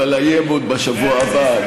אבל באי-אמון בשבוע הבא,